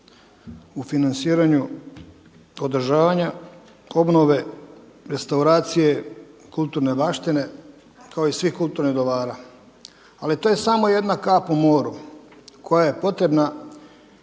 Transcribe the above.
u financiranju održavanja, obnove, restauracije kulturne baštine kao i svih kulturnih dobara. Ali to je samo jedna kap u moru koja je potrebna